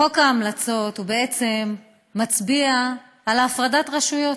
חוק ההמלצות בעצם מצביע על הפרדת רשויות.